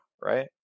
right